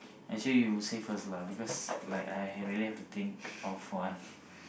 actually you say first lah because like I have really to think of one